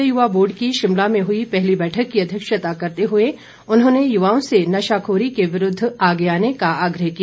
राज्य युवा बोर्ड की शिमला में हुई पहली बैठक की अध्यक्षता करते हुए उन्होंने युवाओं से नशाखोरी को विरूद्व आगे आने का आग्रह किया